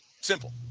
Simple